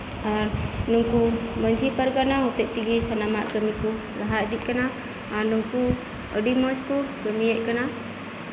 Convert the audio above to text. ᱟᱨ ᱩᱱᱠᱩ ᱢᱟᱺᱡᱷᱤ ᱯᱟᱨᱜᱟᱱᱟ ᱦᱚᱛᱮᱜ ᱛᱮ ᱛᱤᱜᱤ ᱥᱟᱱᱟᱢᱟᱜ ᱠᱟᱹᱢᱤᱠᱩ ᱞᱟᱦᱟ ᱤᱫᱤᱜ ᱠᱟᱱᱟ ᱟᱨ ᱱᱩᱝᱠᱩ ᱟᱹᱰᱤ ᱢᱚᱪᱠᱩ ᱠᱟᱹᱢᱤᱭᱮᱫ ᱠᱟᱱᱟ